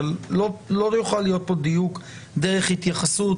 אבל לא יוכל להיות פה דיוק דרך התייחסות